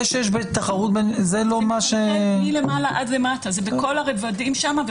זה מלמעלה עד למטה, זה בכל הרבדים שם.